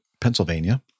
Pennsylvania